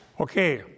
Okay